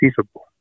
feasible